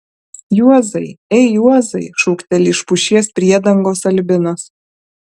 juozai ei juozai šūkteli iš pušies priedangos albinas